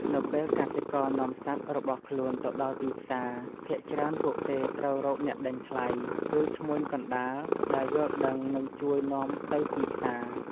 នៅពេលកសិករនាំសត្វរបស់ខ្លួនទៅដល់ទីផ្សារ ភាគច្រើនពួកគេត្រូវរកអ្នកដេញថ្លៃ ឬឈ្មួញកណ្ដាលដែលយល់ដឹងនិងជួយនាំទៅទីផ្សារ។